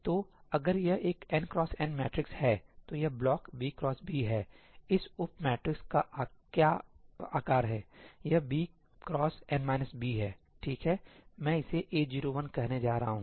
तो अगर यह एक n x n मैट्रिक्स है तो यह ब्लॉक b x b है इस उप मैट्रिक्स का आकार क्या है यह b x है ठीक है मैं इसे A01 कहने जा रहा हूं